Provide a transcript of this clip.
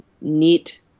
neat